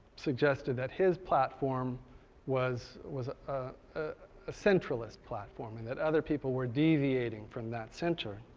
suggested that his platform was was ah a centralist platform, and that other people were deviating from that center.